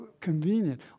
convenient